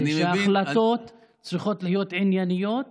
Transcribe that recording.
שההחלטות צריכות להיות ענייניות